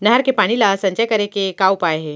नहर के पानी ला संचय करे के का उपाय हे?